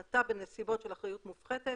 המתה בנסיבות של אחריות מופחתת,